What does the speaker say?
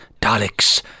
Daleks